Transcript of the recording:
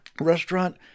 Restaurant